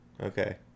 Okay